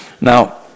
Now